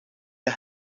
der